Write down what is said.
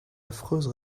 affreuse